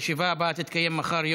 הישיבה הבאה תתקיים מחר,